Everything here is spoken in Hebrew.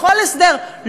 בכל הסדר,